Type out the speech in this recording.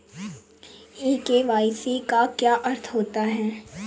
ई KYC का क्या अर्थ होता है?